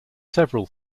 several